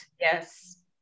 Yes